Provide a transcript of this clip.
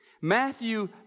Matthew